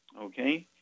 okay